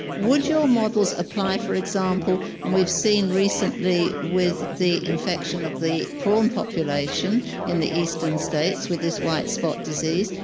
would your models apply, for example, and we've seen recently with the infection of the prawn population in the eastern states with this white spot disease,